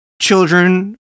children